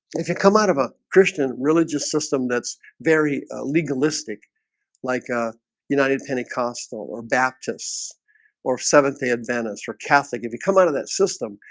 if you come out of a christian religious system, that's very legalistic like ah united pentecostal or baptists or seventh-day adventists or catholic if you come out of that system,